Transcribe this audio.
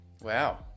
Wow